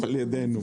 לא על ידינו.